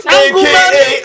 aka